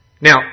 Now